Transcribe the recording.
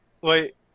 Wait